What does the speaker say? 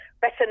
better